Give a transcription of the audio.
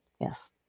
Yes